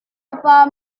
lupa